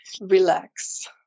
relax